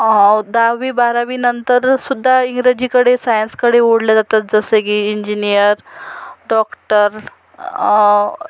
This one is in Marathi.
दहावी बारावीनंतर सुद्धा इंग्रजीकडे सायन्सकडे ओढले जातात जसे कि इंजिनिअर डॉक्टर